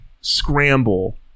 scramble